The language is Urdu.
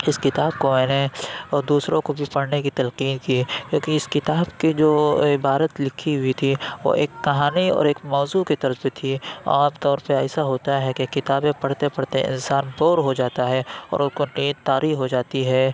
اُس کتاب کو میں نے اور دوسروں کو بھی پڑھنے کی تلقین کی لیکن اِس کتاب کی جو عبارت لکھی ہوئی تھی وہ ایک کہانی اور ایک موضوع کی تلف تھی عام طور پہ ایسا ہوتا ہے کہ کتابیں پڑھتے پڑھتے انسان بور ہو جاتا ہے اور اُن کو نیند طاری ہو جاتی ہے